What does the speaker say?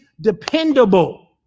dependable